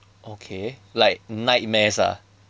okay like nightmares ah